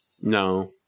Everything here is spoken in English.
no